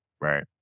Right